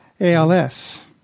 ALS